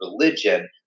religion